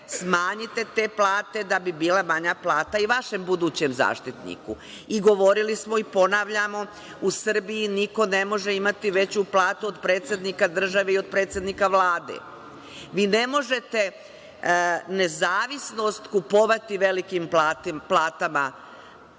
smanjite te plate, da bi bila manja plata i vašem budućem zaštitniku. I govorili smo i ponavljamo – u Srbiji niko ne može imati veću platu od predsednika države i od predsednika Vlade. Vi ne možete nezavisnost kupovati velikim platama,